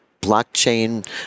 blockchain